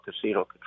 Casino